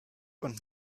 und